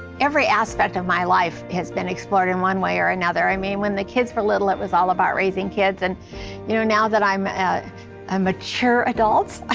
every aspect of my life has been explored in one way or another. i mean when the kids were little it was all about raising kids. and you know now that i'm a mature adult,